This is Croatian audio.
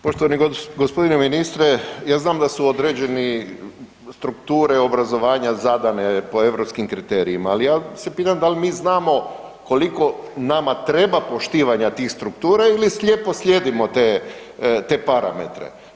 Poštovani g. ministre, ja znam da su određeni strukture obrazovanja zadane po europskim kriterijima, al ja se pitam dal mi znamo koliko nama treba poštivanja tih struktura ili slijepo slijedimo te, te parametre?